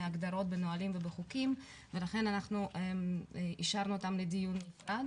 הגדרות בנהלים ובחוקים ולכן אנחנו השארנו אותם לדיון נפרד.